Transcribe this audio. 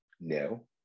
no